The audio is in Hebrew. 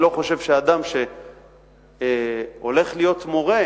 אני לא חושב שאדם שהולך להיות מורה